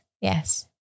Yes